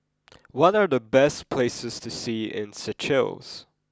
what are the best places to see in Seychelles